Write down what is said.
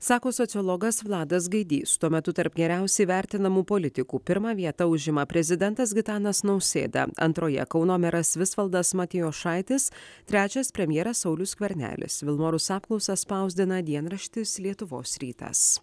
sako sociologas vladas gaidys tuo metu tarp geriausiai vertinamų politikų pirmą vietą užima prezidentas gitanas nausėda antroje kauno meras visvaldas matijošaitis trečias premjeras saulius skvernelis vilmorus apklausą spausdina dienraštis lietuvos rytas